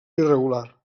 irregular